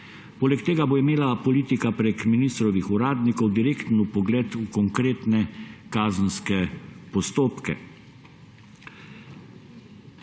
Poleg tega bo imela politika preko ministrovih uradnikov direktni vpogled v konkretne kazenske postopke.